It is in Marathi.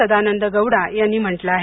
सदानंद गौडा यांनी म्हंटल आहे